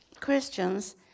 Christians